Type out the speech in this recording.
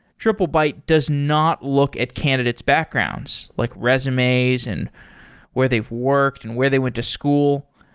triplebyte does not look at candidate's backgrounds, like resumes and where they've worked and where they went to school.